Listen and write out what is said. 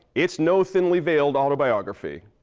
it's no thinly-veiled autobiography.